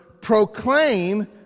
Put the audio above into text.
proclaim